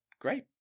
great